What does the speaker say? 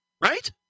Right